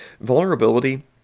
Vulnerability